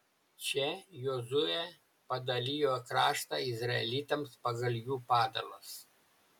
čia jozuė padalijo kraštą izraelitams pagal jų padalas